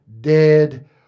dead